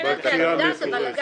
בקריאה המפורטת.